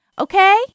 Okay